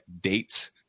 dates